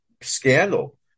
scandal